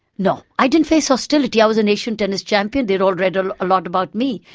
no, i didn't face hostility i was a nation tennis champion. they'd all read um a lot about me,